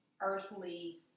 earthly